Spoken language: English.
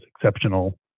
exceptional